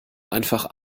einfach